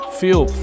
feel